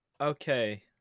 okay